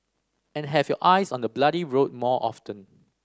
and have your eyes on the bloody road more often